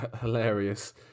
hilarious